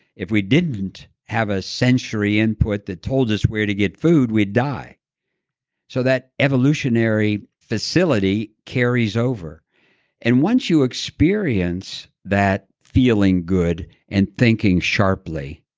if we didn't have a century input that told us where to get food, we die so that evolutionary facility carries over and once you experience that feeling good and thinking sharply,